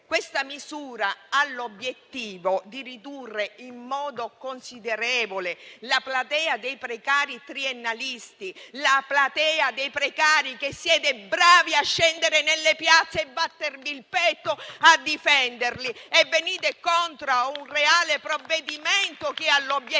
Questa misura ha l'obiettivo di ridurre in modo considerevole la platea dei precari triennalisti, che siete bravi a scendere nelle piazze e battere il petto per difendere, per poi andare contro un reale provvedimento che ha l'obiettivo